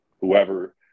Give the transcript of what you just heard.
whoever